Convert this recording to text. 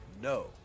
No